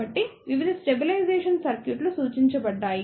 కాబట్టి వివిధ స్టెబిలైజెషన్ సర్క్యూట్లు సూచించబడ్డాయి